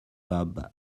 bob